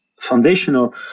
foundational